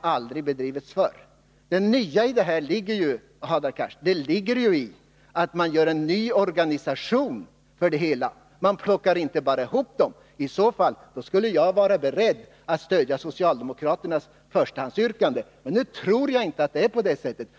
aldrig har bedrivits förr. Det nya i detta, Hadar Cars, är ju att man bildar en ny organisation. Man plockar inte bara ihop olika organisationer. I så fall skulle jag vara beredd att stödja socialdemokraternas förstahandsyrkande. Men nu tror jag inte att det är på det sättet.